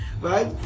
right